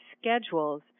schedules